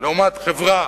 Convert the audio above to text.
חברה